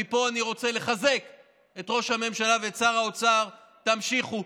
מפה אני רוצה לחזק את ראש הממשלה ואת שר האוצר: תמשיכו,